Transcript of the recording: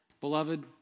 beloved